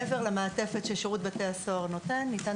מעבר למעטפת ששירות בתי הסוהר נותן ניתן